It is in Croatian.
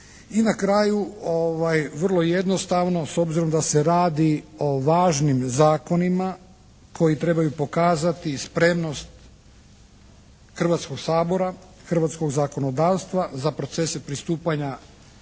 I na kraju, vrlo jednostavno s obzirom da se radi o važnim zakonima koji trebaju pokazati spremnost Hrvatskog sabora, hrvatskog zakonodavstva za procese pristupanja Europskoj